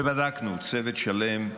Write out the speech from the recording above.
ובדקנו צוות שלם,